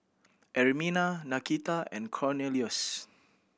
Ermina Nakita and Cornelious